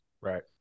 Right